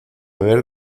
ver